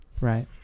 Right